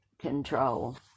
control